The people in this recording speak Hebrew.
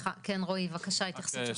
כן רועי, בבקשה, ההתייחסות שלך.